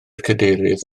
cadeirydd